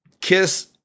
Kiss